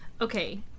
Okay